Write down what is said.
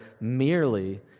merely